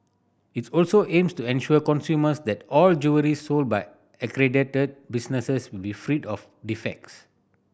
its also aims to ensure consumers that all jewellery sold by accredited businesses will be freed of defects